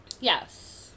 Yes